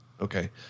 Okay